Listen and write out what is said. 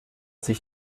sich